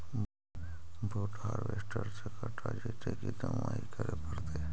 बुट हारबेसटर से कटा जितै कि दमाहि करे पडतै?